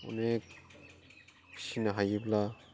अनेक फिसिनो हायोब्ला